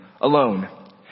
alone